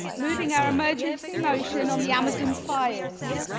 moving our emergency motion on the amazon fires.